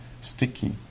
sticky